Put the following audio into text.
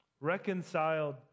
reconciled